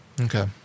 Okay